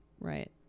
Right